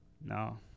No